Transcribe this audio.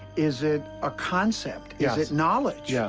is it a concept? yeah is it knowledge? yeah.